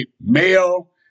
male